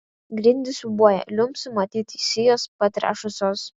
grindys siūbuoja liumpsi matyt sijos patrešusios